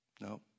No